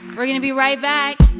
we're going to be right back